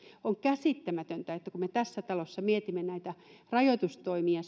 on käsittämätöntä että kun me tässä talossa mietimme näitä rajoitustoimia